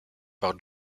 par